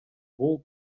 бул